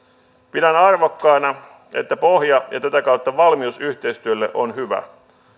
pidän arvokkaana että pohja ja tätä kautta valmius yhteistyölle on hyvä